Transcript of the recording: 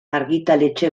argitaletxe